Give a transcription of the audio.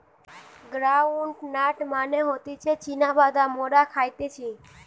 ground nut মানে হতিছে চীনা বাদাম মোরা খাইতেছি